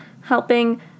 helping